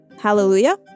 Hallelujah